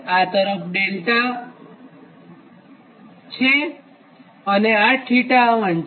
આ તરફ δ છે અને આ δ1 છે